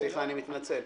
סליחה, אני מתנצל.